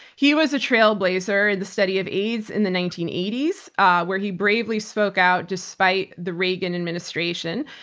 he was a trailblazer in the study of aids in the nineteen eighty s where he bravely spoke out despite the regan administration.